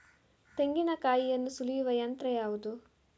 ತೆಂಗಿನಕಾಯಿಯನ್ನು ಸುಲಿಯುವ ಯಂತ್ರ ಯಾವುದು?